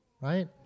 right